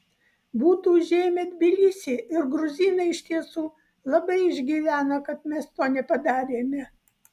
būtų užėmę tbilisį ir gruzinai iš tiesų labai išgyvena kad mes to nepadarėme